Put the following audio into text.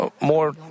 more